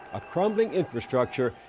a crumbling infrastructure,